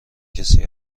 کسی